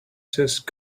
just